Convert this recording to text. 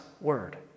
word